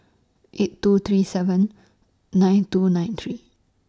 eight two three seven nine two nine three